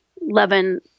Levin